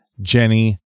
Jenny